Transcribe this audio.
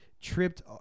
tripped